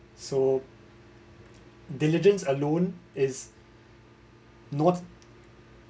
so diligence alone is not